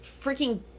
Freaking